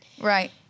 Right